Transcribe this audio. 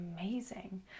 amazing